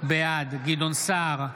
בעד גדעון סער,